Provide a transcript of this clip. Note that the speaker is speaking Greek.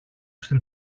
στην